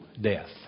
death